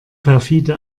perfide